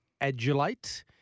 Adulate